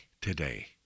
today